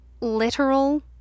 literal